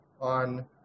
On